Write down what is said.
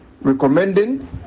recommending